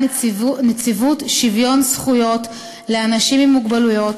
נציבות שוויון זכויות לאנשים עם מוגבלות,